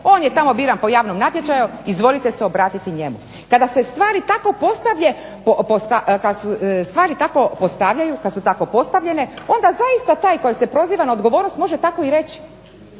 On je tamo biran po javnom natječaju, izvolite se obratiti njemu. Kada se stvari tako postavljaju, kad su tako postavljene onda zaista taj koji se proziva na odgovornost može tako i reći,